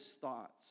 thoughts